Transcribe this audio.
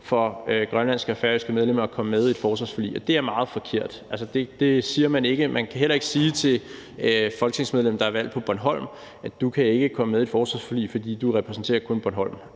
for færøske og grønlandske medlemmer at komme med i et forsvarsforlig, og det er meget forkert. Man kan heller ikke sige til et folketingsmedlem, der er valgt på Bornholm: Du kan ikke komme med i et forsvarsforlig, fordi du kun repræsenterer Bornholm.